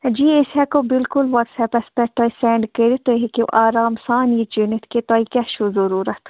جی أسۍ ہٮ۪کو بِلکُل وَٹٕس اَپَس پٮ۪ٹھ تۄہہِ سٮ۪نٛڈ کٔرِتھ تُہۍ ہیٚکِو آرام سان یہِ چُنِتھ کہِ تۄہہِ کیٛاہ چھُو ضروٗرتھ